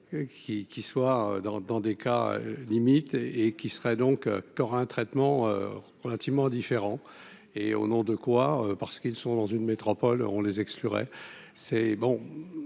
qu'il soit dans dans des cas limites et qui seraient donc qui aura un traitement relativement différents et au nom de quoi parce qu'ils sont dans une métropole on les exclurait